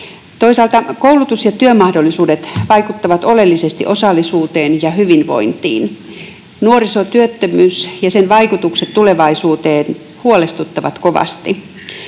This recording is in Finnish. Toisaalta koulutus- ja työmahdollisuudet vaikuttavat oleellisesti osallisuuteen ja hyvinvointiin. Nuorisotyöttömyys ja sen vaikutukset tulevaisuuteen huolestuttavat kovasti.